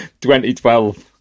2012